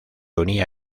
unía